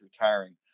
retiring